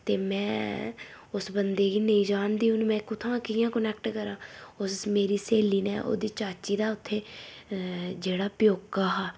ते में उस बंदे गी नेईं जानदी हून में कुत्थें कियां कोनैक्ट करां उस मेरी स्हेली ने ओह्दी चाची दा उत्थै जेह्ड़ा प्यौका हा